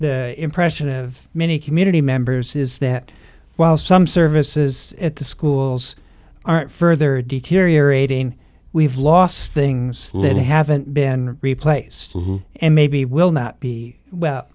the impression of many community members is that while some services at the schools aren't further deteriorate in we've lost things little haven't been replaced and maybe we'll not be well